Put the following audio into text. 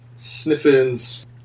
sniffins